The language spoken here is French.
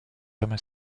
hommes